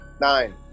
Nine